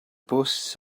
bws